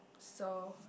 so